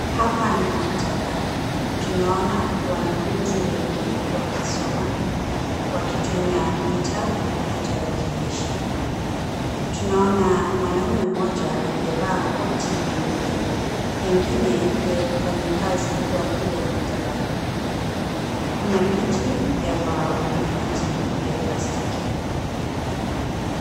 Hapa ni maktabani . Tunaona wanafunzi wengi wakisoma wakitumia vitabu na tarakilishi. Tunaona mwanaume mmoja aliyevaa koti nyeupe, pengine ndiye mfanyikazi wa kule maktabani. Kuna viti vya mbao na viti vya plastiki.